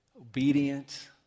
obedient